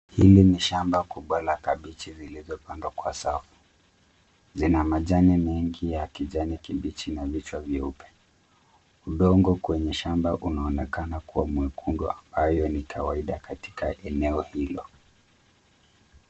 Hili ni shamba kubwa la kabichi zilizopandwa kwa safu. Zina majani mengi ya kijani kibichi na vichwa vyeupe. Udongo kwenye shamba unaonekana kuwa mwekundu ambayo ni kawaida katika eneo hilo.